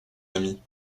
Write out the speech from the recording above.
ami